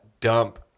dump